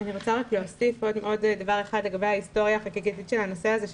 אני רוצה להוסיף עוד דבר אחד לגבי ההיסטוריה החקיקתית של הנושא הזה.